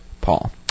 Paul